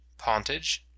pontage